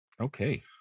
Okay